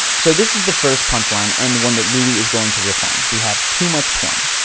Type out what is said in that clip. so this is the first punch line and the one that louis is going to riff on we have too much porn.